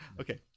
Okay